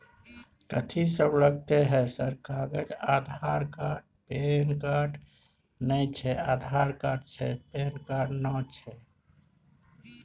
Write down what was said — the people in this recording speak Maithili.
कथि सब लगतै है सर कागज आधार कार्ड पैन कार्ड नए छै आधार कार्ड छै पैन कार्ड ना छै?